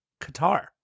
Qatar